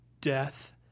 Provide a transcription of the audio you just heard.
death